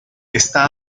está